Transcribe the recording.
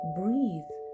breathe